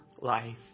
life